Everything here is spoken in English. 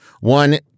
One